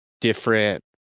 different